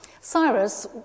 Cyrus